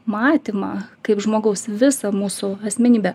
matymą kaip žmogaus visą mūsų asmenybę